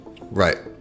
Right